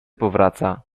powraca